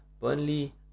Burnley